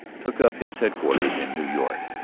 took up his headquarters in new york.